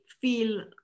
feel